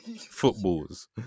Footballs